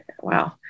Wow